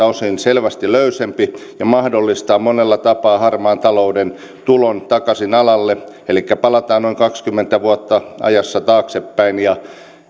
osin selvästi löysempi ja mahdollistaa monella tapaa harmaan talouden tulon takaisin alalle elikkä palataan noin kaksikymmentä vuotta ajassa taaksepäin ja